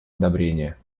одобрения